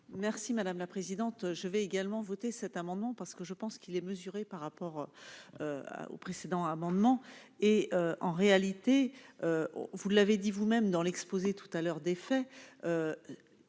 Merci madame la présidente, je vais également voté cet amendement parce que je pense qu'il est mesuré par rapport au précédent amendement et en réalité, on vous l'avez dit vous-même dans l'exposé tout à l'heure des faits,